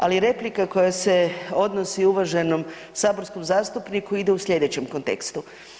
Ali, replika koja se odnosi uvaženom saborskom zastupniku ide u sljedećem kontekstu.